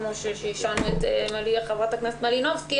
כמו ששעשענו את חברת הכנסת מלינובסקי,